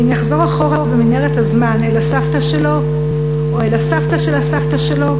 אם יחזור אחורה במנהרת הזמן אל הסבתא שלו או אל הסבתא של הסבתא שלו,